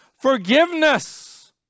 forgiveness